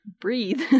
breathe